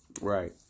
Right